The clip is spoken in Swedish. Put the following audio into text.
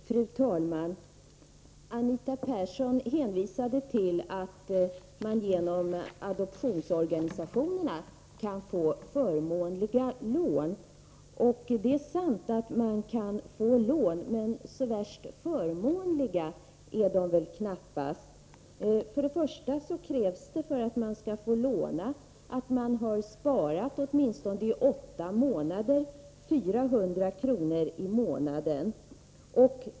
Fru talman! Anita Persson hänvisar till att man genom adoptionsorganisationerna kan få förmånliga lån. Det är sant att man kan få lån, men så värst förmånliga är de väl inte! Först och främst krävs det för att man skall få låna att man har sparat 400 kr. i månaden i åtminstone åtta månader.